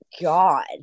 God